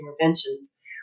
interventions